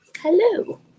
Hello